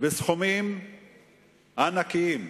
בסכומים ענקיים.